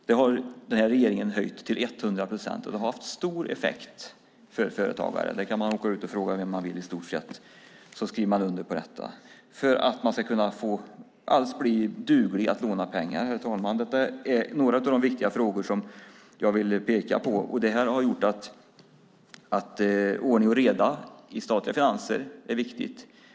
Den här regeringen har höjt den till 100 procent, och det har haft stor effekt för företagare. Det kan man åka ut och fråga i stort sett vem man vill som skriver under på detta. Det handlar om att alls vara duglig att låna pengar. Detta är några av de viktiga frågor som jag ville peka på. Detta har gjort att det är ordning och reda i de statliga finanserna. Det är viktigt.